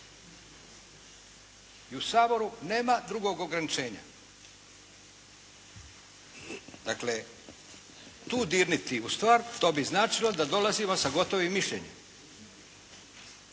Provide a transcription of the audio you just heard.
I u Saboru nema drugog ograničenja. Dakle, tu dirnuti u stvar to bi značilo da dolazimo sa gotovim mišljenjem.